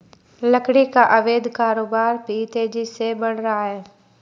लकड़ी का अवैध कारोबार भी तेजी से बढ़ रहा है